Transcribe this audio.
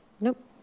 Nope